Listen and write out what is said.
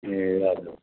ए हजुर